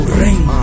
ring